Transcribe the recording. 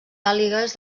àguiles